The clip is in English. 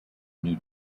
new